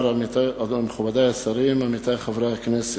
מכובדי השרים, עמיתי חברי הכנסת,